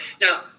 Now